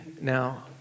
now